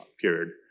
period